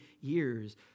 years